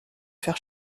faire